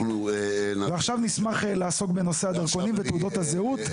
עכשיו נשמח לעסוק בנושא הדרכונים ותעודות הזהות,